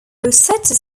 rosetta